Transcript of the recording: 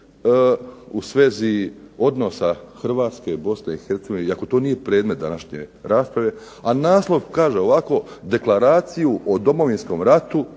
u svezi odnosa Hrvatske, Bosne i Hercegovine iako to nije predmet današnje rasprave. A naslov kaže ovako: "Deklaraciju o Domovinskom ratu"